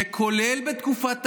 שכולל בתקופת תקציב,